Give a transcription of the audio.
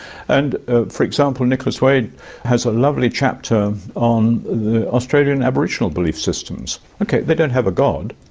and ah for example, nicholas wade has a lovely chapter on the australian aboriginal belief systems. okay, they don't have a god,